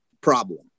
problem